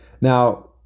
Now